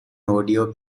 audio